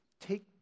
take